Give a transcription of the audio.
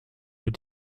wird